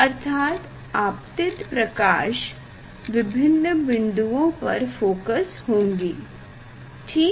अर्थात आपतित प्रकाश विभिन्न बिंदुओं पर फोकस होंगी ठीक